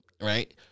right